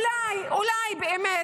אולי באמת,